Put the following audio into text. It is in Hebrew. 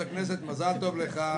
הכנסת, מזל טוב לך.